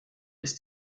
ist